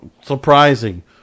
surprising